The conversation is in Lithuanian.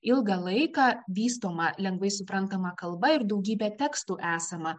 ilgą laiką vystoma lengvai suprantama kalba ir daugybė tekstų esama